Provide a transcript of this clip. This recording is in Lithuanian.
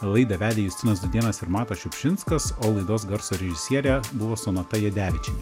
laidą vedė justinas dudėnas ir matas šiupšinskas o laidos garso režisierė buvo sonata jadevičienė